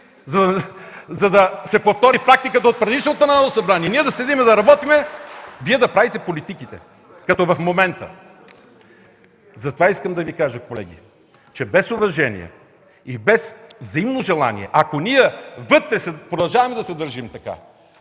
за да се повтори практиката от предишното Народно събрание – ние да седим да работим, Вие да правите политиките, като в момента. Затова искам да Ви кажа, колеги, че без уважение и без взаимно желание, ако ние вътре продължаваме да се държим така,